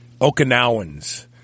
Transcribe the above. Okinawans